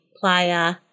Playa